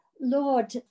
lord